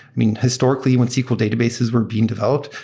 i mean, historically, when sql databases were being developed,